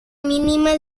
mínima